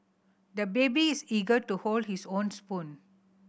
the baby is eager to hold his own spoon